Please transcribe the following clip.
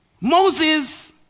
Moses